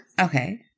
Okay